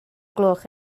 gloch